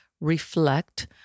reflect